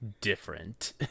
different